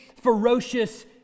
ferocious